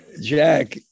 Jack